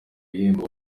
ibihembo